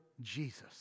Jesus